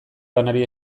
lanari